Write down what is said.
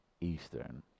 Eastern